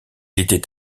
était